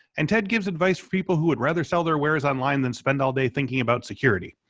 and ted gives advice for people who would rather sell their wares online than spend all day thinking about security.